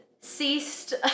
ceased